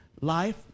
Life